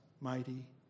mighty